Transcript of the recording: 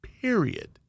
Period